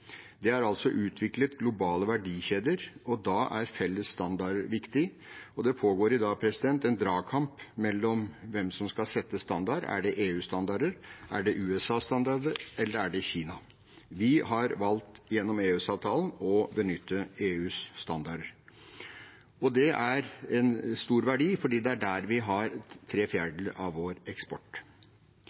Det er altså utviklet globale verdikjeder. Da er felles standarder viktig, og det pågår i dag en dragkamp om hvem som skal sette standard: Er det EUs standarder? Er det USAs standarder, eller er det Kinas? Vi har valgt gjennom EØS-avtalen å benytte EUs standarder. Det er en stor verdi fordi det er der vi har tre fjerdedeler av vår eksport.